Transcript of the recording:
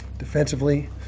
defensively